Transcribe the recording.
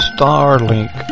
Starlink